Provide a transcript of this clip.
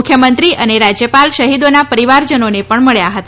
મુખ્યમંત્રી અને રાજ્યપાલ શહિદોના પરિવારજનોને પણ મળ્યા હતા